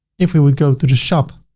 if we would go to the shop,